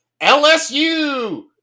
LSU